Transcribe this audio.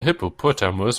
hippopotamus